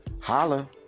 Holla